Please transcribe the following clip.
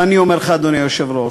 ואני אומר לך, אדוני היושב-ראש,